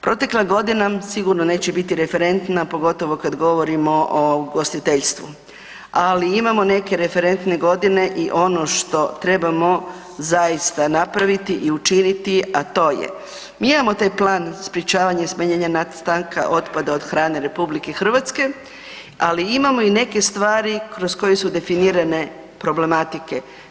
Protekla godina nam sigurno neće referentna pogotovo kad govorimo o ugostiteljstvu ali imamo neke referentne godine i ono što trebamo zaista napraviti i učiniti a to je mi imamo taj plan sprječavanja i smanjenja nastanka otpada od hrane RH ali imamo i neke stvari kroz koje su definirane problematike.